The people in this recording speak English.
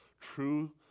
True